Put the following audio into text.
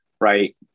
right